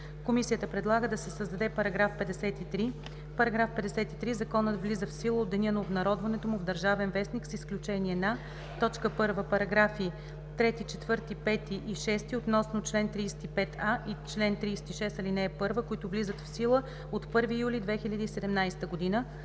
Комисията предлага да се създаде § 53: „§ 53. Законът влиза в сила от деня на обнародването му в „Държавен вестник“, с изключение на: 1. параграфи 3, 4, 5 и § 6 относно чл. 35а и чл. 36, ал. 1, които влизат в сила от 1 юли 2017 г.; 2.